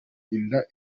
inda